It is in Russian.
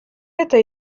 это